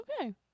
okay